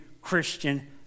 Christian